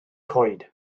coed